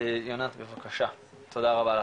יונת בבקשה, תודה רבה לך.